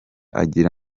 agira